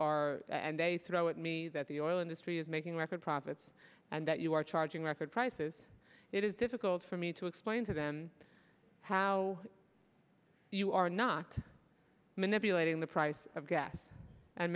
are and they throw at me that the oil industry is making record profits and that you are charging record prices it is difficult for me to explain to them how you are not manipulating the price of gas and